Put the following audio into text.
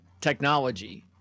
technology